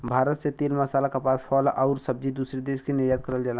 भारत से तेल मसाला कपास फल आउर सब्जी दूसरे देश के निर्यात करल जाला